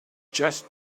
just